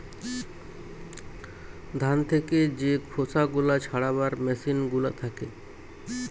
ধান থেকে যে খোসা গুলা ছাড়াবার মেসিন গুলা থাকে